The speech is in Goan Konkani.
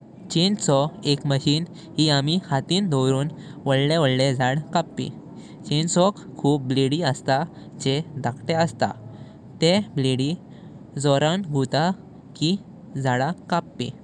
चेनसॉ एक मशीन हे आमि हातिं दव्रुन वाडले वाडले जाडा कापी। चेनसॉक खुप ब्लाडी असता जें धडक्ते आसां। ते ब्लाडी जोरान गुवता की जाडा कापी।